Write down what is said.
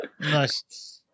Nice